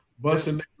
Busting